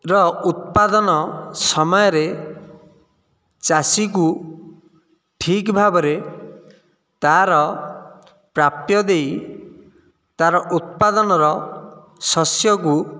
ର ଉତ୍ପାଦନ ସମୟରେ ଚାଷୀକୁ ଠିକ ଭାବରେ ତାର ପ୍ରାପ୍ୟ ଦେଇ ତାର ଉତ୍ପାଦନର ଶସ୍ୟକୁ